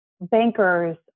Bankers